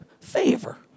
favor